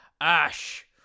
Ash